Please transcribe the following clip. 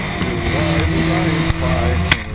bill why the zion spy huh?